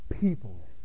people